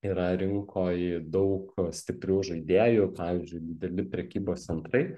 yra rinkoj daug stiprių žaidėjų pavyzdžiui dideli prekybos centrai